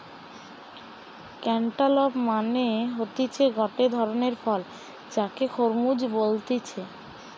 cantaloupe মানে হতিছে গটে ধরণের ফল যাকে খরমুজ বলতিছে